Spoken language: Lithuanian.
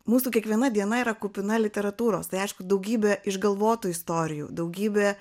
mūsų kiekviena diena yra kupina literatūros tai aišku daugybė išgalvotų istorijų daugybė